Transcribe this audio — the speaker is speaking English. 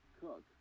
Cook